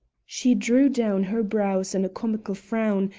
she drew down her brows in a comical frown,